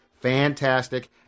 fantastic